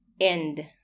end